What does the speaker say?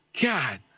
God